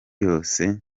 yose